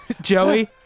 Joey